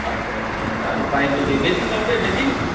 আচ্ছা আচ্ছা তাহলে পাইপ যদি বেসিন লাগবে বেসিন